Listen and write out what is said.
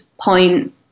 point